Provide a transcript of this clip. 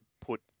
put